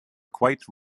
quite